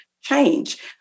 change